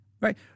right